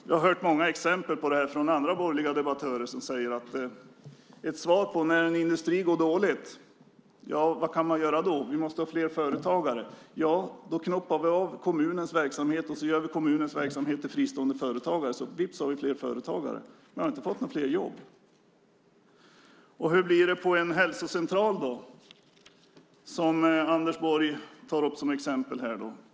Jag har hört många exempel där borgerliga debattörer säger att när en industri går dåligt måste det bli fler företagare. Då ska kommunens verksamhet knoppas av till fristående företagare. Vips finns det fler företagare, men det finns inga fler jobb. Hur blir det på en hälsocentral? Anders Borg tar upp det som ett exempel.